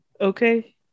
Okay